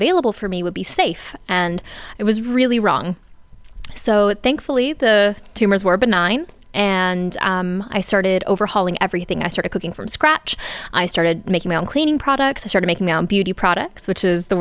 available for me would be safe and it was really wrong so thankfully the tumors were benign and i started overhauling everything i started cooking from scratch i started making my own cleaning products are making now beauty products which